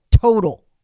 total